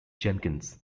jenkins